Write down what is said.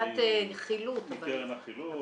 קצת סיוע גם מקרן החילוט.